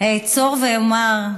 אעצור ואומר: